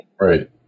right